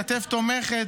כתף תומכת,